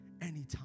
anytime